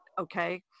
okay